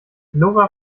lora